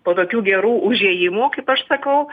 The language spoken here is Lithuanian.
po tokių gerų užėjimų kaip aš sakau